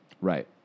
Right